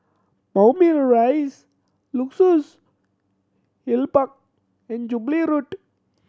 Moulmein Rise Luxus Hill Park and Jubilee Road